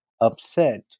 upset